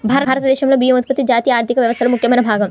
భారతదేశంలో బియ్యం ఉత్పత్తి జాతీయ ఆర్థిక వ్యవస్థలో ముఖ్యమైన భాగం